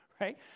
Right